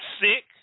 Sick